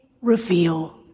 reveal